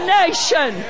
nation